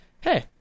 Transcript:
hey